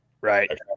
right